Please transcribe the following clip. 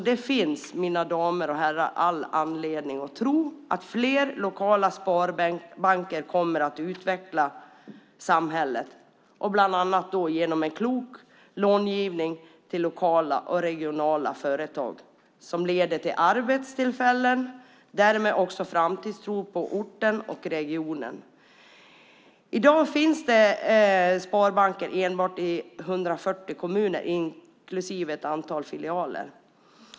Det finns, mina damer och herrar, all anledning att tro att fler lokala sparbanker kommer att utveckla samhället, bland annat genom en klok långivning till lokala och regionala företag, vilket leder till arbetstillfällen och därmed också framtidstro på orten och regionen. I dag finns det sparbanker enbart i 140 kommuner, inklusive ett antal filialer.